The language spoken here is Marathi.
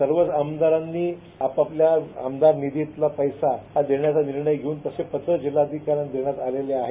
सर्वच आमदारांनी आपआपल्या आमदार निधीतला पैसा देण्याचा निर्णय घेवून तसं पत्र जिल्हाधिकाऱ्यांना देण्यात आलं आहे